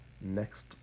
next